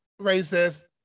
racist